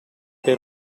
per